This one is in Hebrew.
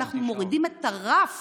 אנחנו מורידים את הרף